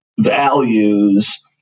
values